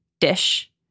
dish